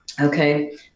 Okay